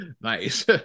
nice